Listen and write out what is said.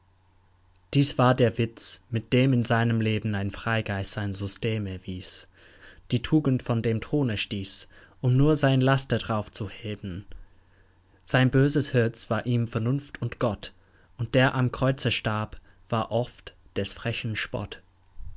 dies war der witz mit dem in seinem leben ein freigeist sein system erwies die tugend von dem throne stieß um nur sein laster drauf zu heben sein böses herz war ihm vernunft und gott und der am kreuze starb war oft des frechen spott